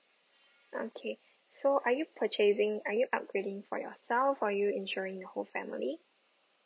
okay so are you purchasing are you upgrading for yourself or you insuring your whole family